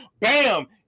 Bam